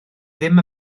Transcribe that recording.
ddim